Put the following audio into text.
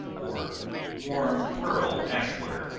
or warm pearl ash water,